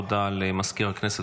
הודעה למזכיר הכנסת,